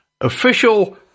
official